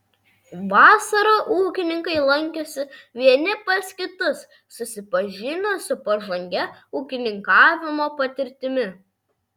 vasarą ūkininkai lankėsi vieni pas kitus susipažino su pažangia ūkininkavimo patirtimi